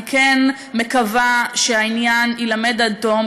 אני כן מקווה שהעניין יילמד עד תום,